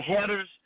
headers